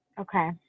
Okay